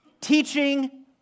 teaching